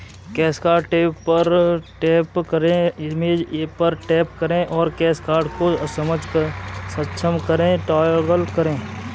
cash card tab पर tap करें, image पर टैप करें और कैश कार्ड को सक्षम करें टॉगल करें